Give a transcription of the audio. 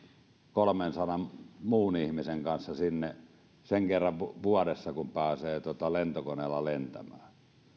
kolmensadan muun ihmisen kanssa sen kerran vuodessa kun pääsee lentokoneella lentämään